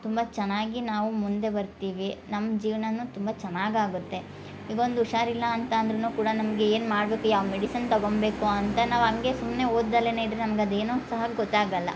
ತುಂಬಾ ಚೆನ್ನಾಗಿ ನಾವು ಮುಂದೆ ಬರ್ತೀವಿ ನಮ್ಮ ಜೀವ್ನನ ತುಂಬಾ ಚೆನ್ನಾಗಿ ಆಗತ್ತೆ ಈಗ ಒಂದು ಹುಷಾರಿಲ್ಲ ಅಂತಂದರೂನು ಕೂಡ ನಮಗೆ ಏನು ಮಾಡಬೇಕು ಯಾವ ಮೆಡಿಸನ್ ತಗೊಂಬೇಕು ಅಂತ ನಾವು ಹಂಗೆ ಸುಮ್ನೆ ಓದ್ದಲನೆ ಇದ್ದರೆ ನಮ್ಗ ಅದೇನು ಸಹ ಗೊತ್ತಾಗಲ್ಲ